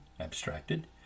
abstracted